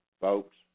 folks